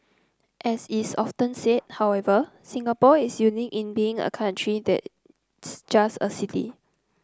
as is often said however Singapore is unique in being a country that's just a city